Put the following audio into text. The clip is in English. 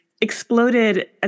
exploded